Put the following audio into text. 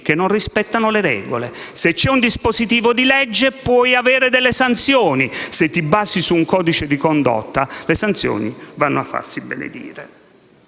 che non rispettano le regole. Se c'è un dispositivo di legge, puoi avere delle sanzioni; se ti basi invece su un codice di condotta, le sanzioni vanno a farsi benedire.